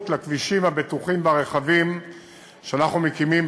לכבישים הבטוחים והרחבים שאנחנו מקימים,